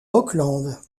auckland